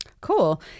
Cool